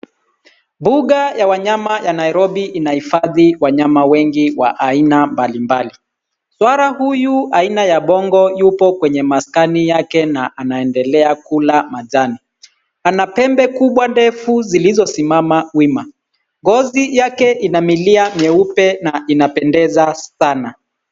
Mbuga ya wanyama ya Nairobi inahifadhi wanyama wengi wa aina mbali mbali. Swara huyu aina ya bongo yupo kwenye maskani yake na anaendelea kula majani. Anapembe kubwa ndefu zilizo simama wima. Ngozi yake ina milia nyeupe na inapendeza sana.